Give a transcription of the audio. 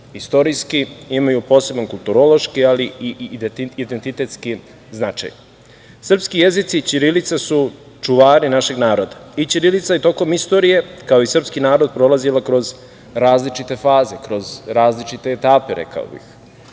istorijski, imaju poseban kulturološki, ali i identitetski značaj. Srpski jezici i ćirilica su čuvari našeg naroda. I ćirilica je tokom istorije, kao i srpski narod, prolazila kroz različite faze, kroz različite etape, rekao bih. Kada